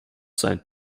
sein